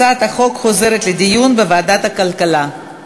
הצעת החוק חוזרת לדיון בוועדת הכלכלה.